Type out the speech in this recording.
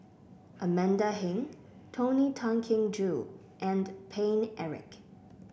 Amanda Heng Tony Tan Keng Joo and Paine Eric